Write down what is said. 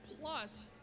plus